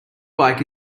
bike